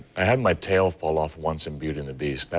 i had my tail fall off once in beauty and the beast.